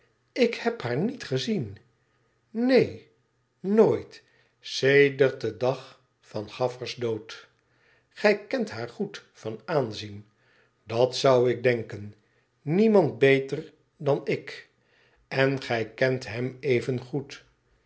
ik heb haar niet gezien neen nooit sedert den dag van gaffer's dood gij kent haar goed van aanzien i dat zou ik denken niemand beter dan ik n gij kent hem evengoed